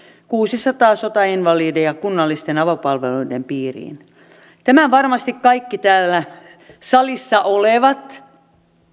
kuusisataa sotainvalidia kunnallisten avopalveluiden piiriin tämän varmasti kaikki täällä salissa olevat